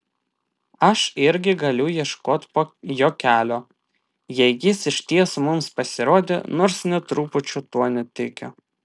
aš irgi galiu ieškot jo kelio jei jis iš tiesų mums pasirodė nors nė trupučio tuo netikiu